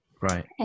right